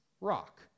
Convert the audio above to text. rock